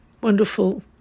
wonderful